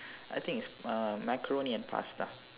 I think's it's uh macaroni and pasta